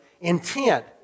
intent